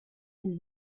del